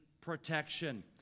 protection